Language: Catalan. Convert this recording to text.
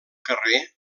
carrer